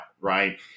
right